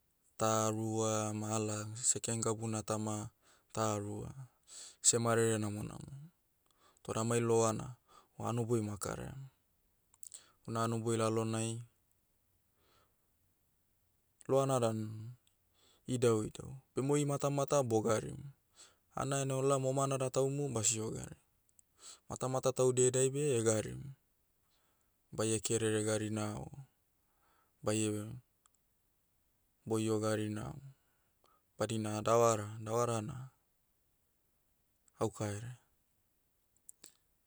Ta rua ma ala, second gabuna tama, ta rua. Seh marere namonamo. Toda amai loa na, o hanoboi mo akaraiam. Hona hanoboi lalonai, loana dan, idauidau. Bema oi matamata bogarim. Hanai hanai olaom omanada taumu, basio gari. Matamata taude edai beh egarim. Baie kerere garina o, baie, boio garina o, badina davara. Davara na, auka herea.